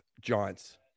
giants